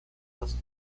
los